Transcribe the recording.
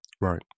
Right